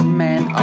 man